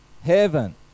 heaven